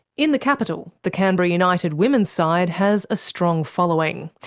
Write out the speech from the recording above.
in the capital, the canberra united women's side has a strong following.